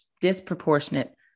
disproportionate